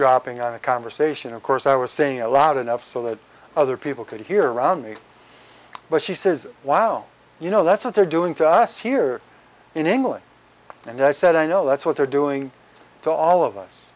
eavesdropping on a conversation of course i was saying out loud enough so that other people could hear me but she says wow you know that's what they're doing to us here in england and i said i know that's what they're doing to all of us